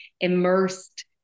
immersed